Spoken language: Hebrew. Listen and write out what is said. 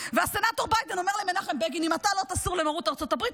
והסנטור ביידן אומר למנחם בגין: אם אתה לא תסור למרות ארצות הברית,